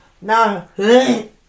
no